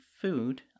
food